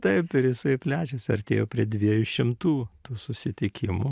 taip ir jisai plečiasi artėju prie dviejų šimtų tų susitikimų